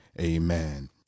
amen